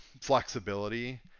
flexibility